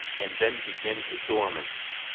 and then begins his torments.